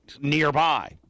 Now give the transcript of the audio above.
nearby